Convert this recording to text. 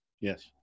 Yes